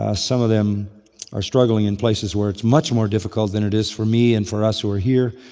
ah some of them are struggling in places where it's much more difficult than it is for me and for us who are here,